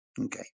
okay